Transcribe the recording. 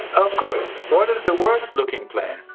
of course. what is the worst-looking plane?